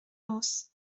aus